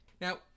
Now